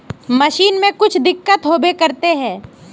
Machine में कुछ दिक्कत होबे करते है?